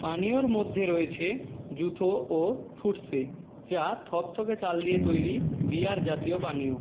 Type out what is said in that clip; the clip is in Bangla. পানীয়র মধ্যে রয়েছে জুথো ও থুটসে যা থকথকে চাল দিয়ে তৈরি বিয়ার জাতীয় পানীয়